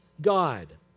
God